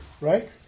right